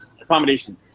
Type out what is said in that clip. accommodation